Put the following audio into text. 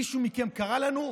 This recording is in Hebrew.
מישהו מכם קרא לנו?